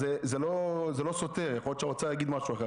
אז זה לא סותר, יכול להיות שהאוצר יגיד משהו אחר.